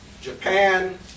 Japan